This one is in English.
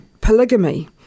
polygamy